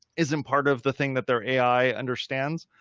isn't part of the thing that their ai understands.